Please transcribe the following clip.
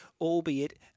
albeit